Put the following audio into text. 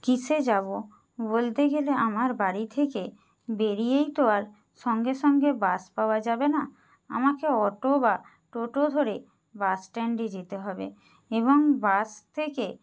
কিসে যাব বলতে গেলে আমার বাড়ি থেকে বেরিয়েই তো আর সঙ্গে সঙ্গে বাস পাওয়া যাবে না আমাকে অটো বা টোটো ধরে বাসস্ট্যান্ডে যেতে হবে এবং বাস থেকে